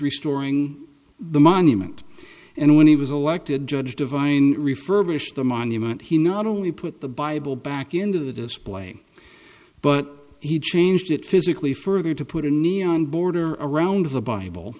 restoring the monument and when he was elected judge divine refurbish the monument he not only put the bible back into the display but he changed it physically further to put a neon border around the bible